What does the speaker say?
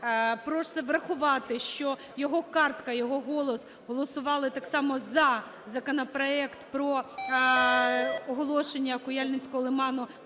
просить врахувати, що його картка, його голос голосували так само за законопроект про оголошення Куяльницького лиману